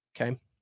Okay